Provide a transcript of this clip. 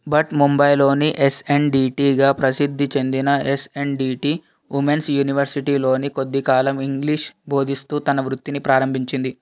భట్ ముంబైలోని ఎస్ఎన్డిటిగా ప్రసిద్ధి చెందిన ఎస్ఎన్డిటి ఉమెన్స్ యూనివర్శిటీలోని కొద్దికాలం ఇంగ్లీష్ బోధిస్తూ తన వృత్తిని ప్రారంభించింది